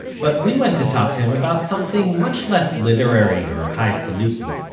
but we went to talk to him about something much less literary or highfalutin.